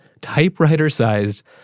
typewriter-sized